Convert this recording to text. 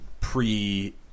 pre